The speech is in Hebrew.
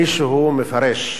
מישהו מפרש,